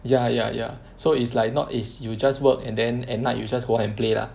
ya ya ya so is like not is you just work and then at night you just go out and play lah